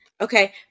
Okay